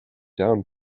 down